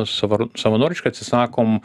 savar savanoriškai atsisakom